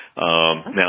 Now